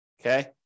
Okay